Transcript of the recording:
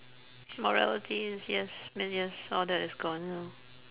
moralities yes man yes all that is gone now